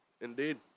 indeed